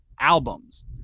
albums